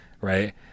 right